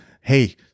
hey